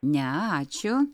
ne ačiū